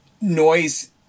noise